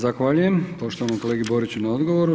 Zahvaljujem poštovanom kolegi Boriću na odgovoru.